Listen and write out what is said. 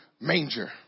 manger